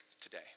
today